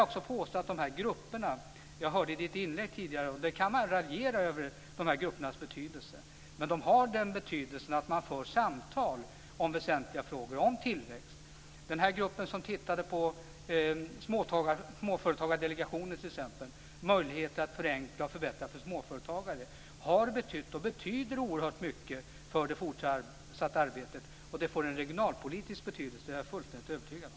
Jag hörde att Ola Sundell i sitt tidigare inlägg raljerade över dessa gruppers betydelse, men man för i dem samtal om väsentliga aspekter på tillväxt. Vi kan t.ex. se på Småföretagsdelegationen, som diskuterar möjligheter att förenkla och förbättra för småföretagare. Den har betytt och betyder oerhört mycket för det fortsatta arbetet, och jag är fullständigt övertygad om att detta får en regionalpolitisk betydelse.